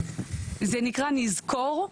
זה נקרא 'נזכור',